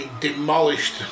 demolished